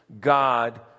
God